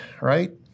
right